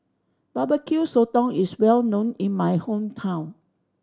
Barbecue Sotong is well known in my hometown